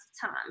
time